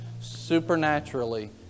Supernaturally